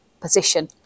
position